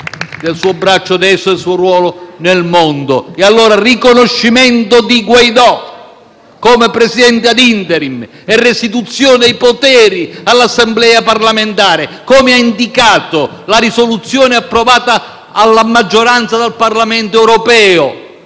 del suo braccio destro e del suo ruolo nel mondo. Allora: riconoscimento di Guaidó come Presidente *ad interim* e restituzione dei poteri all'Assemblea parlamentare, come ha indicato la risoluzione approvata a maggioranza dal Parlamento europeo,